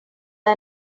are